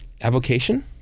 Avocation